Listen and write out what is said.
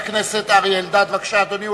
חבר הכנסת אריה אלדד, בבקשה, אדוני.